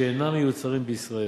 שאינם מיוצרים בישראל.